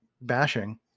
bashing